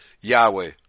Yahweh